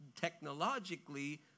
technologically